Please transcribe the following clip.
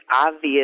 obvious